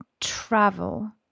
travel